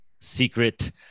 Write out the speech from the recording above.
secret